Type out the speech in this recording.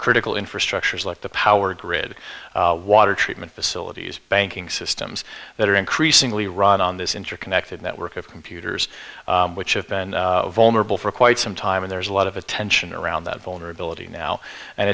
critical infrastructures like the power grid water treatment facilities banking systems that are increasingly run on this interconnected network of computers which have been vulnerable for quite some time and there's a lot of attention around that vulnerability now and